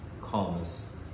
calmness